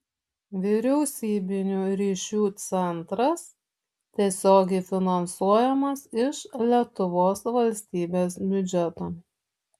vyriausybinių ryšių centras tiesiogiai finansuojamas iš lietuvos valstybės biudžeto